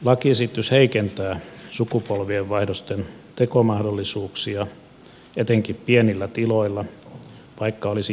lakiesitys heikentää sukupolvenvaihdosten tekomahdollisuuksia etenkin pienillä tiloilla vaikka olisi jatkajakin tiedossa